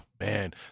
man